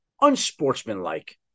unsportsmanlike